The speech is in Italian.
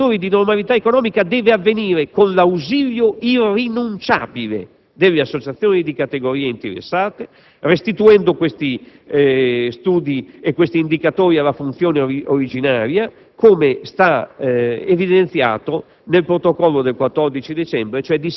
sottolineando che l'introduzione degli indicatori di normalità economica deve avvenire con l'ausilio irrinunciabile delle associazioni di categoria interessate, restituendo questi studi e questi indicatori alla funzione originaria - come evidenziato